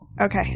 Okay